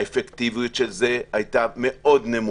האפקטיביות של זה הייתה מאוד נמוכה.